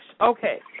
okay